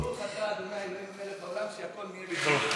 ברוך אתה ה' אלוהינו מלך העולם שהכול נהיה בדברו.